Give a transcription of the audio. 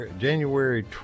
January